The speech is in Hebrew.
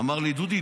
אמר לי: דודי,